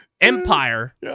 empire